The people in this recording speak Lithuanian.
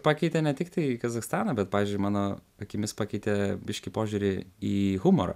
pakeitė ne tik tai kazachstaną bet pavyzdžiui mano akimis pakeitė biškį požiūrį į humorą